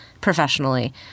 professionally